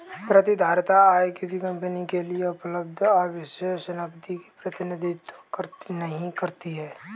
प्रतिधारित आय किसी कंपनी के लिए उपलब्ध अधिशेष नकदी का प्रतिनिधित्व नहीं करती है